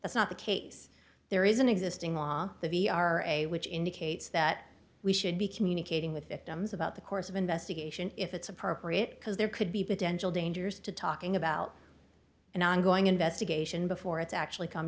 that's not the case there is an existing law the v r a which indicates that we should be communicating with victims about the course of investigation if it's appropriate because there could be potential dangers to talking about an ongoing investigation before it's actually come